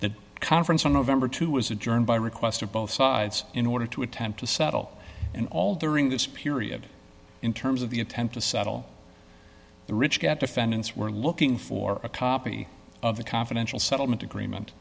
that conference from november to was adjourned by request of both sides in order to attempt to settle and all during this period in terms of the attempt to settle the rich get defendants were looking for a copy of a confidential settlement agreement